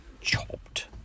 chopped